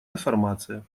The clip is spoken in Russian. информация